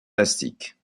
plastique